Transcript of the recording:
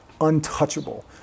untouchable